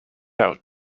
out